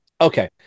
Okay